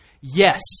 Yes